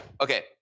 Okay